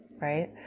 right